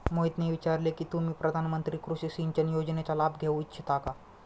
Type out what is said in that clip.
मोहितने विचारले की तुम्ही प्रधानमंत्री कृषि सिंचन योजनेचा लाभ घेऊ इच्छिता का?